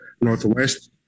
Northwest